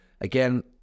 again